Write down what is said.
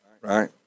right